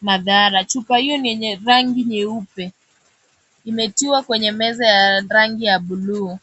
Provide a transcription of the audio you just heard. madhara. Chupa hiyo ni yenye rangi nyeupe. Imetiwa kwenye meza ya rangi ya buluu.